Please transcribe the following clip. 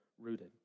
rooted